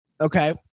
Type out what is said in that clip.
okay